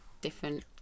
different